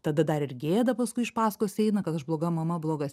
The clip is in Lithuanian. tada dar ir gėda paskui iš paskos eina kad aš bloga mama blogas